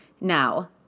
Now